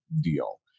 deal